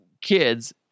kids